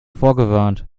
vorgewarnt